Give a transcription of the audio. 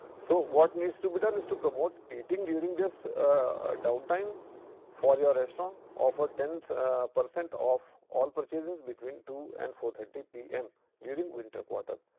so, what needs to be done is to promote eating during this downtime for your restaurant offer ten percent off all purchases between two and four-thirty p m during winter quarter.